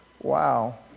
wow